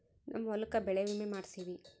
ನಮ್ ಹೊಲಕ ಬೆಳೆ ವಿಮೆ ಮಾಡ್ಸೇವಿ